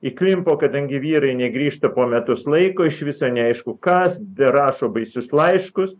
įklimpo kadangi vyrai negrįžta po metus laiko iš viso neaišku kas berašo baisius laiškus